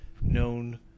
known